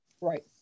right